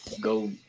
go